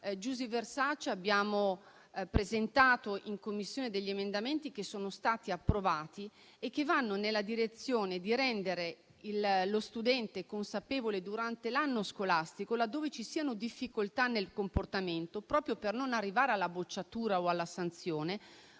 Giusy Versace abbiamo presentato in Commissione degli emendamenti che sono stati approvati e che vanno nella direzione di rendere lo studente consapevole durante l'anno scolastico, laddove ci siano difficoltà nel comportamento, proprio per non arrivare alla bocciatura o alla sanzione,